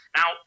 Now